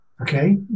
okay